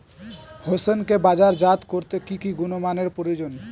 হোসেনকে বাজারজাত করতে কি কি গুণমানের প্রয়োজন?